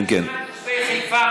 אתה תשמע את תושבי חיפה,